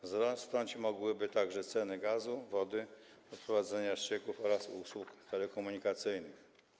Wzrosnąć mogłyby także ceny gazu, wody, odprowadzania ścieków oraz usług telekomunikacyjnych.